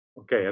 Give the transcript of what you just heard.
ok